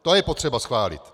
To je potřeba schválit.